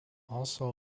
also